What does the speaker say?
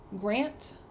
grant